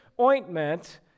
ointment